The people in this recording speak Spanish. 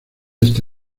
este